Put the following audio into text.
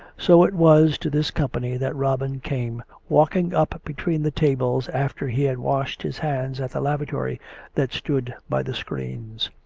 so it was to this company that robin came, walking up between the tables after he had washed his hands at the lavatory that stood by the screens.